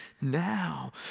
now